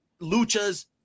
Luchas